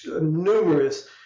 numerous